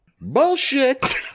Bullshit